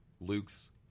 Luke's